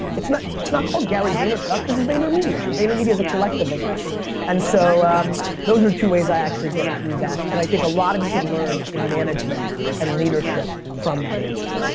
it's not it's not called gary vaynerchuk. this is vaynermedia and vaynermedia's a collective of us and so um those are two ways i actually get through that and i think a lot of you can learn in management and leadership from that answer.